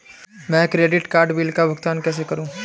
मैं credit card bill का भुगतान कैसे करूं?